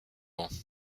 ans